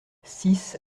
six